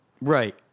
Right